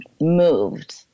moved